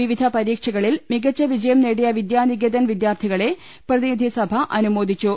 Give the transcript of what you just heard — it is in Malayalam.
വിവിധ പരീക്ഷകളിൽ മികച്ച വിജയം നേടിയ വിദ്യാനികേതൻ വിദ്യാർത്ഥികളെ പ്രതിനിധിസഭ അനുമോദിച്ചു